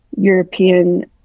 European